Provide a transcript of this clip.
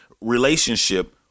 relationship